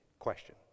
question